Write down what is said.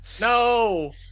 No